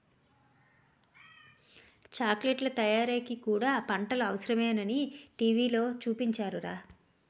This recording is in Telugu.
చాకిలెట్లు తయారీకి కూడా పంటలు అవసరమేనని టీ.వి లో చూపించారురా